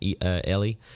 Ellie